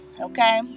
okay